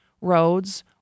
roads